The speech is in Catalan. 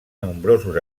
nombrosos